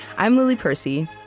i'm lily percy.